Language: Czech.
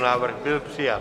Návrh byl přijat.